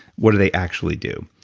what do they actually do.